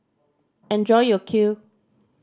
enjoy your Kheer